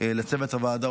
לצוות הוועדה,